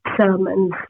sermons